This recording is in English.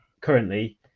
currently